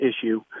issue